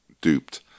duped